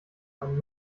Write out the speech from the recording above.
einen